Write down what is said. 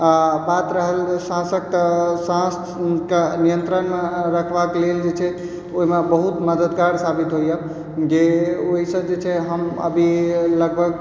आओर बात रहल साँसके तऽ साँसके नियन्त्रण रखवाके लेल जे छै ओहिमे बहुत मददगार साबित होइए जे ओहि सँ जे छै हम अभी लगभग